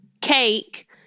cake